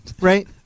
Right